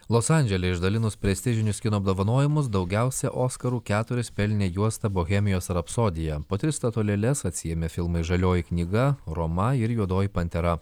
los andžele išdalinus prestižinius kino apdovanojimus daugiausiai oskarų keturis pelnė juosta bohemijos rapsodija po tris statulėles atsiėmė filmai žalioji knyga roma ir juodoji pantera